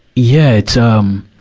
yeah, it's, um,